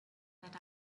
that